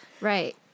Right